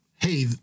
hey